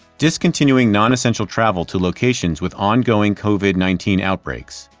discontinuing nonessential travel to locations with ongoing covid nineteen outbreaks.